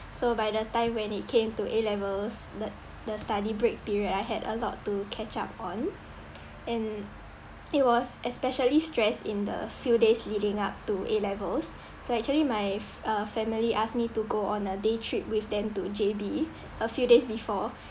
so by the time when it came to A'levels the the study break period I had a lot to catch up on and it was especially stressed in the few days living up to A levels so actually my uh family asked me to go on a day trip with them to J_B a few days before